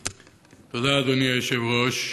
תודה, אדוני היושב-ראש.